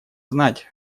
знать